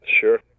Sure